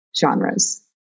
genres